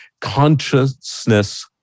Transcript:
consciousness